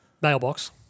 Mailbox